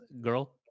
girl